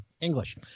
English